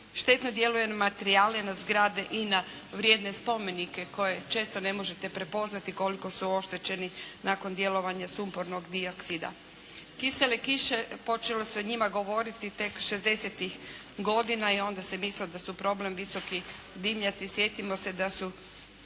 štetno djeluje na materijale, na zgrade i na vrijedne spomenike koje često ne možete prepoznati koliko su oštećeni nakon djelovanja sumpornog dioksida. Kisele kiše počelo se o njima govoriti tek 60-tih godina i onda se mislilo da su problem visoki dimnjaci. Sjetimo se da su